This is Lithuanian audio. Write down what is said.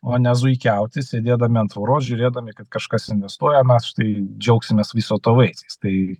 o ne zuikiauti sėdėdami ant tvoros žiūrėdami kad kažkas investuojama štai džiaugsimės viso to vaisiais tai